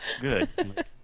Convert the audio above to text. good